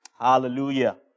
Hallelujah